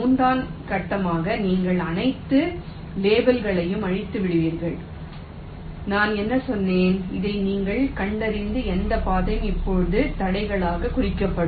மூன்றாம் கட்டமாக நீங்கள் அனைத்து லேபிள்களையும் அழித்துவிட்டீர்கள் நான் என்ன சொன்னேன் இதை நீங்கள் கண்டறிந்த எந்த பாதையும் இப்போது தடைகளாக குறிக்கப்படும்